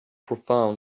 profound